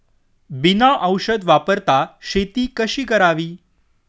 बिना औषध वापरता शेती कशी करावी?